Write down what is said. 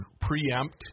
preempt